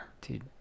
Dude